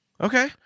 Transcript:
okay